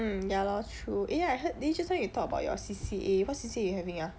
hmm ya lor true eh I heard then just now you talk about your C_C_A what C_C_A you having ah